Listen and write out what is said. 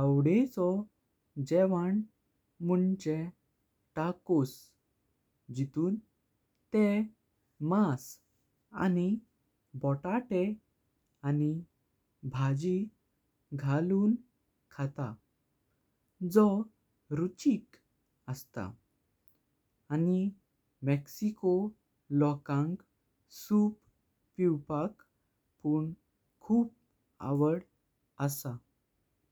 आवडचो जेवण म्हणजे टाकोस जिथून। ते मास आणि बटाटे आणि भाजी घालून खातात जो रुचिक असत। नी मेक्सिको लोकांक सूप पिवंक पण खूप आवड असत।